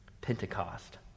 Pentecost